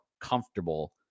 comfortable